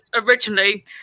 originally